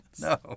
No